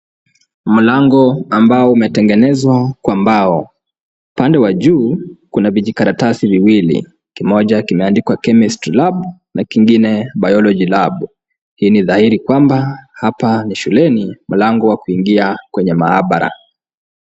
Mlango ambao umetengenezwa kwa mbao, pande wa juu kuna vijikaratasi viwili, kimoja kimeandikwa Chemistry Lab na kingine Biology Lab . Hii ni dhahiri kwamba hapa ni shuleni, mlango wa kuingia kwenye maabara.